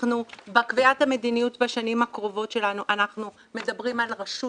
בקביעת המדיניות בשנים הקרובות שלנו אנחנו מדברים על רשות